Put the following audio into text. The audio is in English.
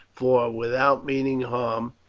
for, without meaning harm,